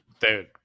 Dude